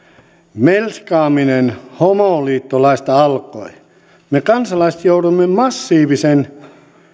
melskaaminen homoliittolaista alkoi me kansalaiset jouduimme massiivisen